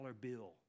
bill